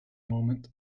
moment